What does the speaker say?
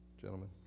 gentlemen